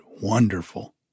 wonderful